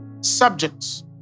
subjects